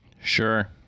Sure